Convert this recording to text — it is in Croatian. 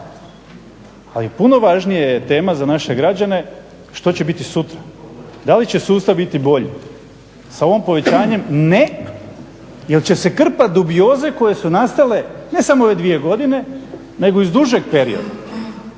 ali puno važnije je tema za naše građane, što će biti sutra, da li će sustav biti bolji, sa ovim povećanjem ne jer će se krpat dubioze koje su nastale ne samo u ove dvije godine nego iz dužeg perioda.